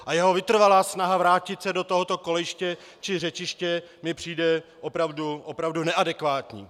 A jeho vytrvalá snaha vrátit se do tohoto kolejiště či řečiště mi přijde opravdu, opravdu neadekvátní.